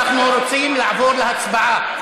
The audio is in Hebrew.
אנחנו רוצים לעבור להצבעה.